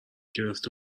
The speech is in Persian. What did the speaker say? گرفته